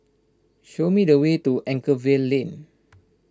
show me the way to Anchorvale Lane